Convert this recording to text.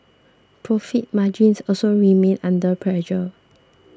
profit margins also remained under pressure